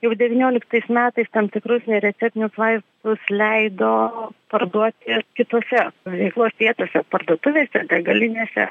jau devynioliktais metais tam tikrus nereceptinius vaistus leido parduoti kitose veiklos vietose parduotuvėse degalinėse